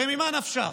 הרי ממה נפשך?